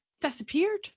disappeared